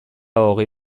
hogei